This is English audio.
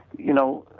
you know